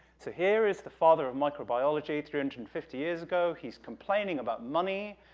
so, here is the father of microbiology three hundred and fifty years ago, he's complaining about money,